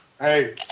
Hey